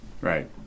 right